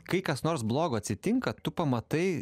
kai kas nors blogo atsitinka tu pamatai